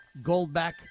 Goldback